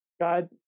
God